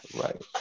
right